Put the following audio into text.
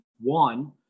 one